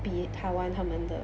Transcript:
比 Taiwan 他们的